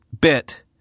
bit